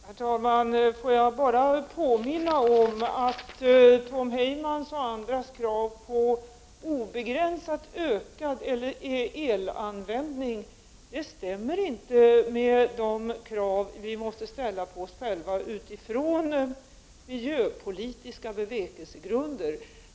Herr talman! Får jag bara påminna om att Tom Heymans och andras krav på en obegränsad ökning av elanvändningen inte stämmer med de krav som vi måste ställa på oss själva utifrån miljöpolitiska bevekelsegrunder.